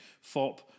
FOP